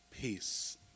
peace